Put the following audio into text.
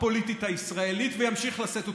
הפוליטית הישראלית וימשיך לשאת בתפקידים.